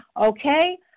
okay